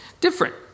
different